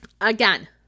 again